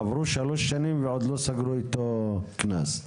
עברו שלוש שנים ועוד לא סגרו איתו קנס.